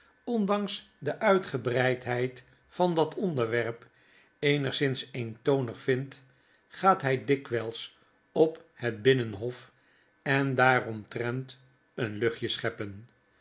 ondanks de uitgebreidheid van dat onderwerp eenigszins eentonig vindt gaat hij dikwyls op het binnenhof en daaromtrent een luchtje scheppen